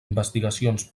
investigacions